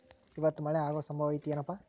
ಇವತ್ತ ಮಳೆ ಆಗು ಸಂಭವ ಐತಿ ಏನಪಾ?